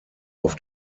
auf